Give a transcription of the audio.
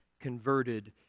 converted